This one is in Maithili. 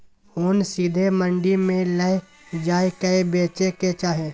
ओन सीधे मंडी मे लए जाए कय बेचे के चाही